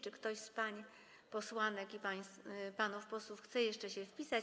Czy ktoś z pań posłanek i panów posłów chce jeszcze się wpisać?